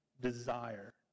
desire